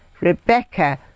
Rebecca